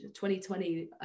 2020